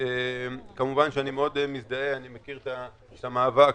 אני מאוד מזדהה ומכיר את המאבק.